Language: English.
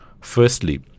Firstly